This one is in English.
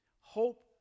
Hope